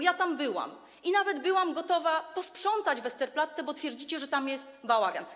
Ja tam byłam i byłam nawet gotowa posprzątać Westerplatte, bo twierdzicie, że tam jest bałagan.